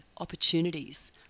opportunities